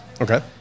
Okay